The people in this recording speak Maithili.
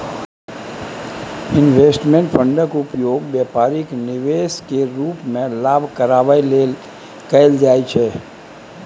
इंवेस्टमेंट फंडक उपयोग बेपारिक निवेश केर रूप मे लाभ कमाबै लेल कएल जाइ छै